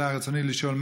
רצוני לשאול: